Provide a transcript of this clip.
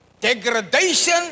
degradation